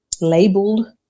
labeled